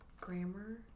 Grammar